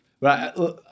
Right